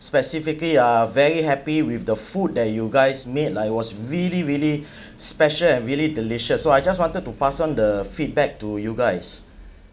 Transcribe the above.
specifically uh very happy with the food that you guys made like it was really really special and really delicious so I just wanted to pass on the feedback to you guys